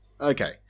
Okay